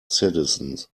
citizens